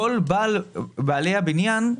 כל בעלי הבניין,